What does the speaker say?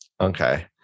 Okay